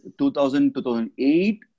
2000-2008